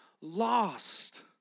lost